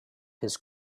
his